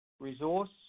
resource